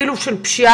אפילו של פשיעה